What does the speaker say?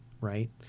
right